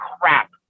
crap